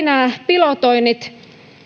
nämä pilotoinnit